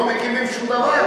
לא מקימים שום דבר?